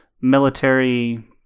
military